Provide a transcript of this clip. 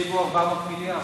בבקשה, אדוני,